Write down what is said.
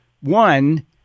One